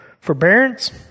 forbearance